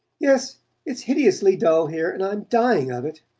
yes it's hideously dull here, and i'm dying of it.